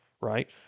right